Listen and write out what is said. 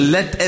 Let